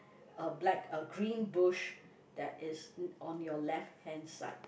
a black a greenbush that is on your left hand side